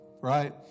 right